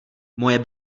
moje